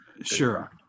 Sure